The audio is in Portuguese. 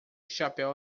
chapéu